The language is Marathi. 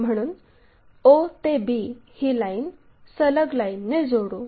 म्हणून o ते b ही लाईन सलग लाईनने काढू